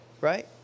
right